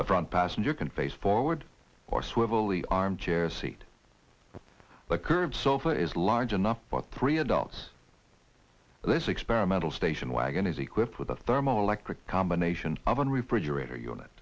the front passenger can face forward or swivel the arm chair seat of the curb so for is large enough for three adults this experimental station wagon is equipped with a thermoelectric combination of a refrigerator unit